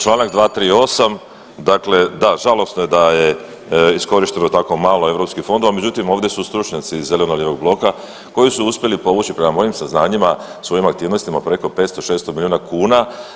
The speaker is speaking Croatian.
Članka 238., dakle da žalosno je da je iskorišteno tako malo europskih fondova, međutim ovdje su stručnjaci iz zeleno-lijevog bloka koji su uspjeli povući prema mojim saznanjima svojim aktivnostima preko 500, 600 milijuna kuna.